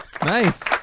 nice